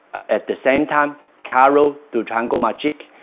at the same time karel du triangle magique.